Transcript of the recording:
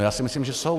Já si myslím, že jsou.